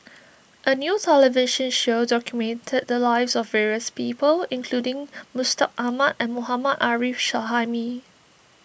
a new television show documented the lives of various people including Mustaq Ahmad and Mohammad Arif Suhaimi